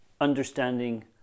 understanding